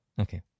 Okay